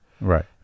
Right